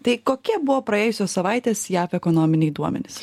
tai kokie buvo praėjusios savaitės jav ekonominiai duomenys